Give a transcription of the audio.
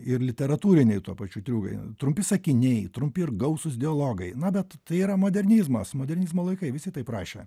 ir literatūriniai tuo pačiu triukai trumpi sakiniai trumpi ir gausūs dialogai na bet tai yra modernizmas modernizmo laikai visi taip rašė